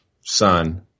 son